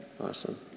Awesome